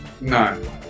No